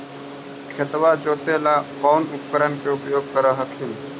खेतबा जोते ला कौन उपकरण के उपयोग कर हखिन?